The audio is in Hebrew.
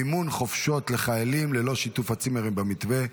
מימון חופשות לחיילים ללא שיתוף הצימרים במתווה.